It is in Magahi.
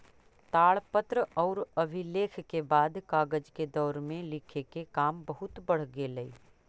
ताड़पत्र औउर अभिलेख के बाद कागज के दौर में लिखे के काम बहुत बढ़ गेलई